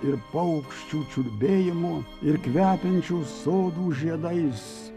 ir paukščių čiulbėjimo ir kvepiančių sodų žiedais